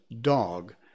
dog